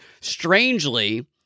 strangely